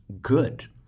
good